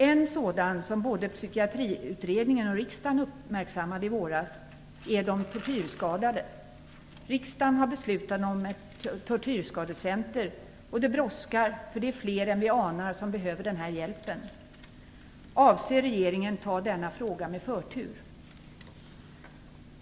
En sådan grupp som både Psykiatriutredningen och riksdagen uppmärksammade i våras är de tortyrskadade. Riksdagen har beslutat om ett tortyrskadecenter, och det brådskar. Det är nämligen fler än vi anar som behöver den här hjälpen. Avser regeringen att ge denna fråga förtur?